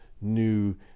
new